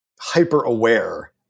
hyper-aware